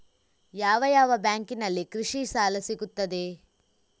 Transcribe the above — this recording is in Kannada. ಯಾವ ಯಾವ ಬ್ಯಾಂಕಿನಲ್ಲಿ ಕೃಷಿ ಸಾಲ ಸಿಗುತ್ತದೆ?